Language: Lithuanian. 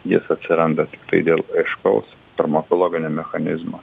ir jis atsiranda tiktai dėl aiškaus farmakologinio mechanizmo